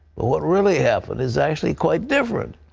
what really happened is actually quite different.